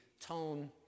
tone